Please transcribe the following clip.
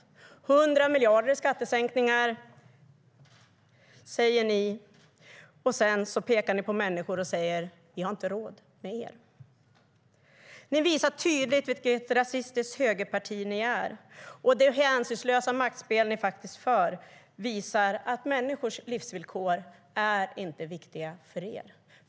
100 miljarder i skattesänkningar, säger ni, och sedan pekar ni på människor och säger: Vi har inte råd med er. Ni visar tydligt vilket rasistiskt högerparti ni är, och det hänsynslösa maktspel ni spelar visar att människors livsvillkor inte är viktiga för er.